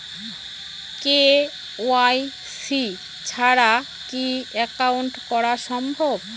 KYC ছাড়া কি account করা সম্ভব?